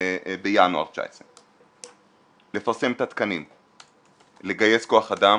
בינואר 19'. לפרסם את התקנים, לגייס כוח אדם,